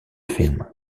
film